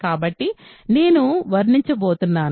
కాబట్టి నేను వర్ణించబోతున్నాను